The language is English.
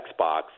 Xbox